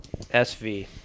SV